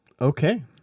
Okay